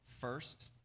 First